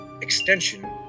extension